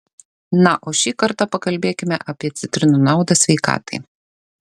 na o šį kartą pakalbėkime apie citrinų naudą sveikatai